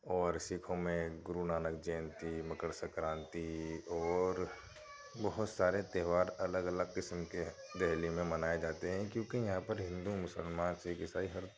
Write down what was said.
اور سکھوں میں گرونانک جینتی مکرسکرانتی اور بہت سارے تہوار الگ الگ قسم کے دہلی میں منائے جاتے ہیں کیونکہ یہاں پر ہندو مسلمان سکھ عیسائی ہر